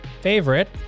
favorite